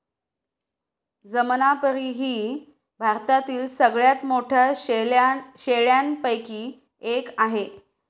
जमनापरी ही भारतातील सगळ्यात मोठ्या शेळ्यांपैकी एक आहे